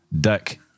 dick